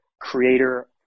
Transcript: creator